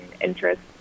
interest